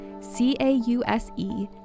C-A-U-S-E